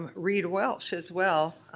um reid welsh as well.